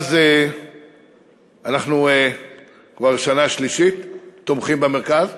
מאז אנחנו, כבר שנה שלישית, תומכים במרכז.